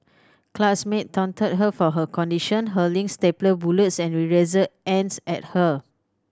classmate taunted her for her condition hurling stapler bullets and eraser ends at her